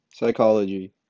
Psychology